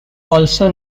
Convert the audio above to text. also